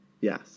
Yes